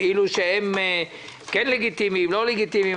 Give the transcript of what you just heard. כאילו הם כן לגיטימיים או לא לגיטימיים.